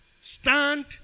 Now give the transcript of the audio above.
Stand